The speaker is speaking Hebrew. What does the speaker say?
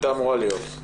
לא מחוברת בכלל.